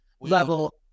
Level